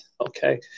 Okay